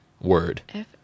word